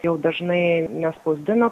jau dažnai nespausdina